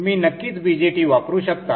तुम्ही नक्कीच BJT वापरू शकता